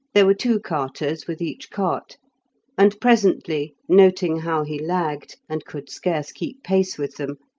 there were two carters with each cart and presently, noting how he lagged, and could scarce keep pace with them,